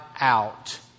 out